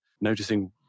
noticing